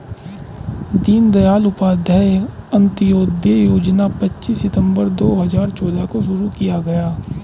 दीन दयाल उपाध्याय अंत्योदय योजना पच्चीस सितम्बर दो हजार चौदह को शुरू किया गया